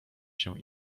się